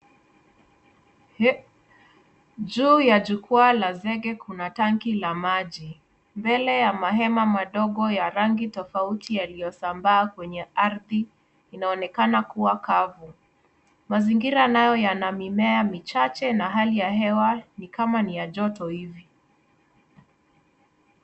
Juu ya jukwaa la zege kuna tanki la maji, mbele ya mahema madogo ya rangi tofauti yaliyosambaa kwenye ardhi, inaonekana kuwa kavu. Mazingira nayo yana mimea michache na hali ya hewa nikama ni ya joto ivi.